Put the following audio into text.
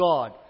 God